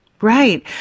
Right